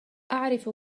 أعرف